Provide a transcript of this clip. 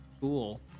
Cool